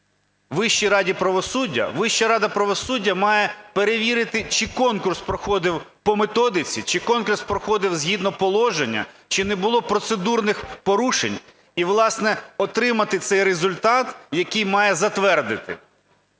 Вища рада правосуддя має перевірити, чи конкурс проходив по методиці, чи конкурс проходив згідно положення, чи не було процедурних порушень, і, власне, отримати цей результат, який має затвердити.